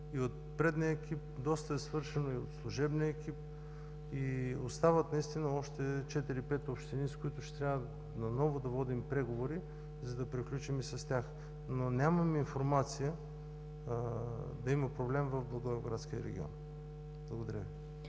и от предния екип, доста е свършено и от служебния екип. Остават наистина 4 - 5 общини, с които трябва наново да водим преговори, за да приключим и с тях, но нямам информация, да има проблеми в Благоевградския регион. Благодаря Ви.